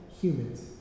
humans